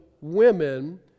women